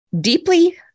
deeply